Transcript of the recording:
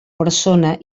persona